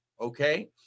okay